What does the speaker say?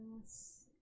Yes